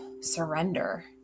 surrender